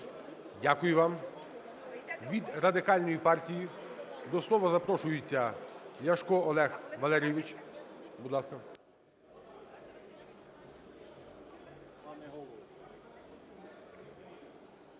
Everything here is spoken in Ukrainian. Дякую вам. Від Радикальної партії до слова запрошується Ляшко Олег Валерійович. Будь ласка.